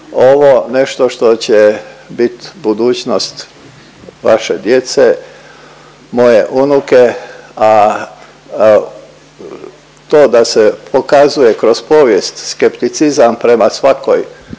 ovo nešto što će bit budućnost vaše djece, moje unuke, a to da se pokazuje kroz povijest skepticizam prema svakoj